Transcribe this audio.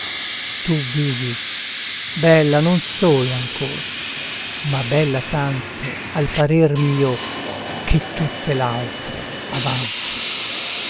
tu vivi bella non solo ancor ma bella tanto al parer mio che tutte l'altre avanzi